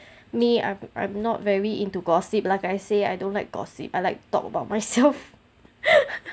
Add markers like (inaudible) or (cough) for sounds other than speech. may I I am not very into gossip like I say I don't like gossip I like talk about myself (laughs)